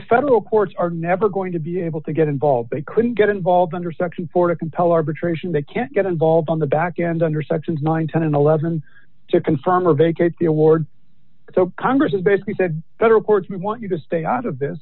federal courts are never going to be able to get involved they couldn't get involved under section four to compel arbitration they can't get involved on the back end under section nine hundred and eleven to confirm or vacate the award so congress has basically said federal courts may want you to stay out of this